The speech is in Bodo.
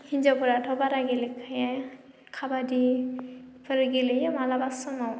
हिन्जावफोराथ' बारा गेलेखाया खाबादिफोर गेलेयो मालाबा समाव